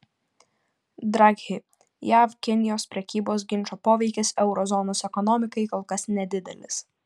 draghi jav kinijos prekybos ginčo poveikis euro zonos ekonomikai kol kas nedidelis